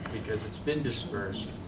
because it's been dispersed